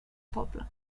poble